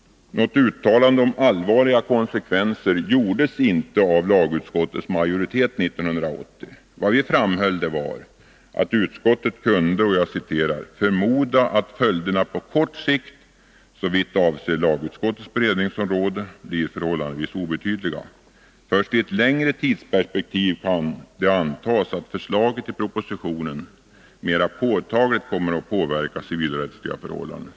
Något uttalande mm.m. om allvarliga konsekvenser gjordes inte av lagutskottets majoritet 1980. Vad vi framhöll var att utskottet kunde ”förmoda att följderna på kort sikt, såvitt avser lagutskottets beredningsområde, blir förhållandevis obetydliga. Först i ett längre tidsperspektiv kan det antas att förslaget i propositionen mera påtagligt kommer att påverka civilrättsliga förhållanden.